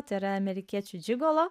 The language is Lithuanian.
tai yra amerikiečių džigolo